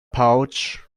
pouch